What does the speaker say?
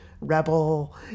rebel